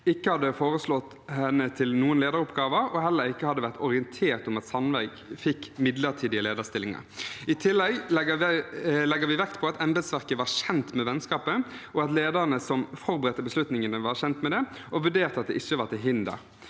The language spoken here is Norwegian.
ikke foreslått henne til noen lederoppgaver, og hadde heller ikke vært orientert om at Sandvik fikk midlertidige lederstillinger. I tillegg legger vi vekt på at embetsverket var kjent med vennskapet, og at lederne som forberedte beslutningene, var kjent med det og vurderte at det ikke var til hinder.